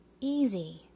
easy